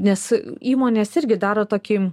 nes įmonės irgi daro tokį